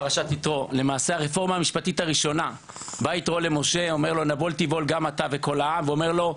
למעשה הרפורמה המשפטית הראשונה בא יתרו למשה ואומר לו,